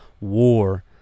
war